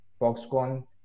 Foxconn